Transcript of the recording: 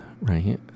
right